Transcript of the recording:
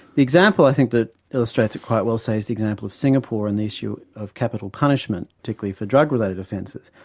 the example i think that illustrates it quite well, say, is the example of singapore and the issue of capital punishment, particularly for drug-related offences.